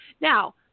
Now